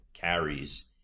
carries